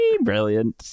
brilliant